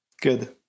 Good